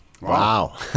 wow